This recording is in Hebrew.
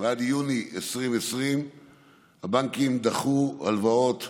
ליולי 2020 הבנקים דחו הלוואות